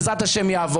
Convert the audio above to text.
בעזרת השם.